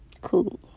cool